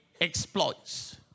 exploits